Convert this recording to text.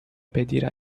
pedir